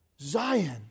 Zion